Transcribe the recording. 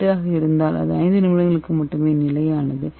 8 ஆக இருந்தால் அது 5 நிமிடங்களுக்கு மட்டுமே நிலையானது